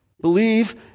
Believe